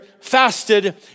fasted